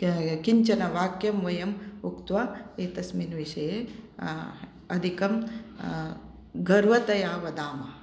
किञ्चन वाक्यं वयम् उक्त्वा एतस्मिन् विषये अधिकं गर्वतया वदामः